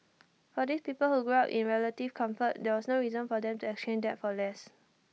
for these people who grew up in relative comfort there was no reason for them to exchange that for less